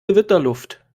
gewitterluft